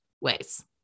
ways